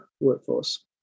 workforce